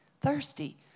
thirsty